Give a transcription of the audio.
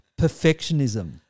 perfectionism